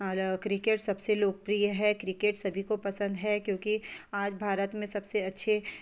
और क्रिकेट सबसे लोकप्रिय है क्रिकेट सभी को पसंद है क्योंकि आज भारत में सबसे अच्छे